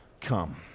come